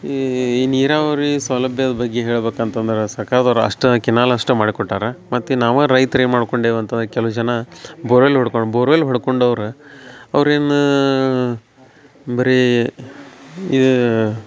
ಈ ಈ ನೀರಾವರಿ ಸೌಲಬ್ಯದ ಬಗ್ಗೆ ಹೇಳ್ಬೇಕಂತಂದ್ರ ಸರ್ಕಾರ್ದವ್ರು ಅಷ್ಟ ಕಿನಾಲ್ ಅಷ್ಟ ಮಾಡಿಕೊಟ್ಟಾರೆ ಮತ್ತು ನಾವು ರೈತ್ರ ಏನು ಮಾಡ್ಕೊಂಡೇವಿ ಅಂತಂದ್ರ ಕೆಲವು ಜನ ಬೋರ್ವೆಲ್ ಒಡ್ಕೊಂಡು ಬೋರ್ವೆಲ್ ಹೊಡ್ಕೊಂಡವ್ರ ಅವ್ರ ಏನು ಬರೀ ಈ